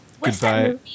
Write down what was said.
Goodbye